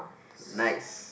nice